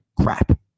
crap